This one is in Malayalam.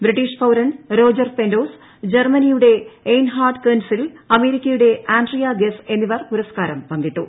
ബ്രിട്ടീഷ് പൌരൻ റോജർ പെന്റോസ് ജർമ്മനിയുടെ ഐയ്ൻഹാർഡ് കെൻസിൽ അമേരിക്കയുടെ ആൻഡ്രിയ ഗെസ് എന്നിവർ പുരസ്കാരം പങ്കിട്ടു